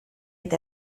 eta